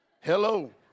Hello